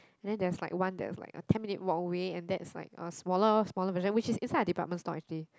then there is like one like there is like ten minutes walk away and that is like smaller smaller version which is inside a department store actually